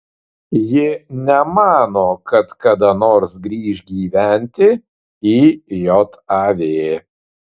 ji nemano kad kada nors grįš gyventi į jav